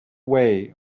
way